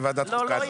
בוועדת החוקה.